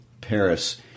Paris